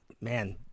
man